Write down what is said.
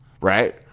right